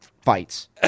fights